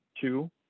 two